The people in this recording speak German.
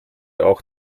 auch